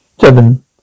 Seven